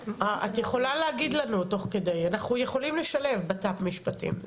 יכולה להגיד לנו תוך כדי אנחנו יכולים לשלב בט"פ משפטים.